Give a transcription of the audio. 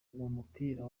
mupira